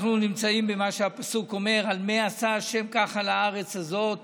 אנחנו נמצאים במה שהפסוק אומר "על מה עשה ה' ככה לארץ הזאת